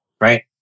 right